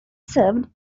served